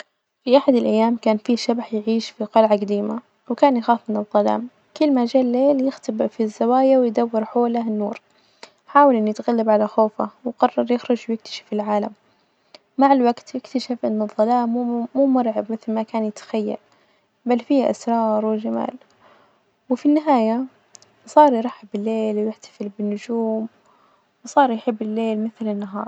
في أحد الأيام كان فيه شبح يعيش في قلعة جديمة، وكان يخاف من الظلام، كل ما إجا الليل يختبئ في الزوايا ويدور حوله النور، حاول إنه يتغلب على خوفه، وقرر يخرج ويكتشف العالم، مع الوجت يكتشف إن الظلام مو م- مو مرعب مثل ما كان يتخيل بل فيه أسرار وجمال، وفي النهاية صار يرحب بالليل ويحتفل بالنجوم، وصار يحب الليل مثل النهار.